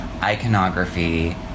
iconography